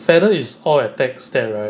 feather is all attacks stats right